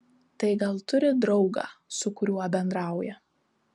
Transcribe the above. tai gal turi draugą su kuriuo bendrauja